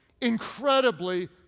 incredibly